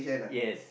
yes